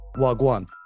Wagwan